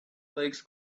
legs